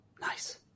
Nice